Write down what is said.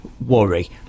worry